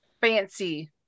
fancy